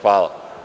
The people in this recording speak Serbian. Hvala.